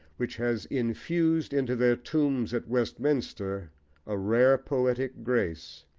which has infused into their tombs at westminster a rare poetic grace.